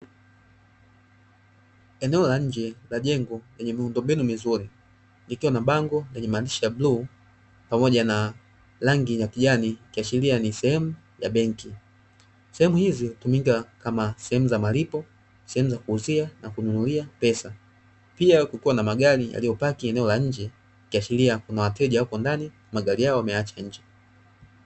Eneo la nje la jengo lenye miundombinu mizuri, likiwa na bango lenye maandishi ya bluu, pamoja na rangi ya kijani ikiashiria ni sehemu ya benki. Sehemu hizi hutumika kama sehemu za malipo, sehemu za kuuzia, na kununulia pesa. Pia, kukiwa na magari yaliyopaki eneo la nje, ikiashiria kuna wateja wako ndani, magari yao wameyaacha nje.